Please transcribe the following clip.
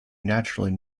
naturally